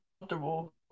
comfortable